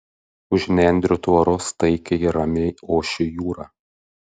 už nendrių tvoros taikiai ir ramiai ošė jūra